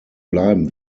bleiben